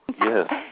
Yes